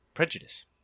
Prejudice